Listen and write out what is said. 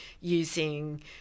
using